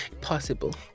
Possible